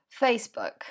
Facebook